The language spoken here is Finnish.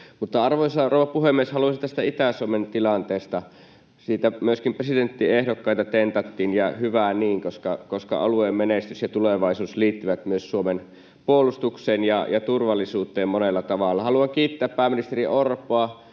arvoisa rouva puhemies, haluaisin sanoa tästä Itä-Suomen tilanteesta. Siitä myöskin presidenttiehdokkaita tentattiin, ja hyvä niin, koska alueen menestys ja tulevaisuus liittyvät myös Suomen puolustukseen ja turvallisuuteen monella tavalla. Haluan kiittää pääministeri Orpoa,